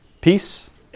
Peace